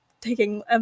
taking